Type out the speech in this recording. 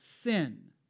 sin